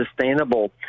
sustainable